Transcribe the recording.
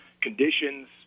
conditions